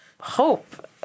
hope